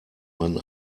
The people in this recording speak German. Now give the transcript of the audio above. man